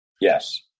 Yes